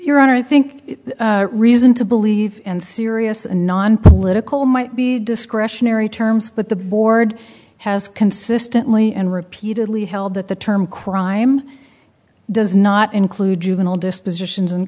you're on i think reason to believe and serious and nonpolitical might be discretionary terms but the board has consistently and repeatedly held that the term crime does not include juvenile position